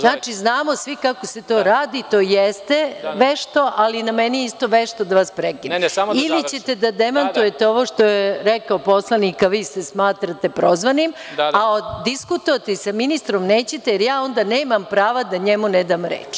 Znači, znamo svi kako se to radi, to jeste vešto, ali na meni je isto vešto da vas prekinem, ili ćete da demantujete ovo što je rekao poslanik a vi se smatrate prozvanim, a diskutovati sa ministrom nećete jer ja onda nemam prava da njemu nedam reč.